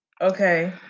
Okay